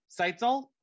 Seitzel